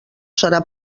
serà